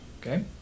okay